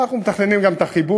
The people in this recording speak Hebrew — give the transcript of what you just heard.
אנחנו מתכננים גם את החיבור.